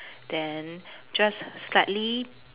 then just slightly